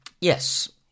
Yes